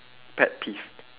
pet peeve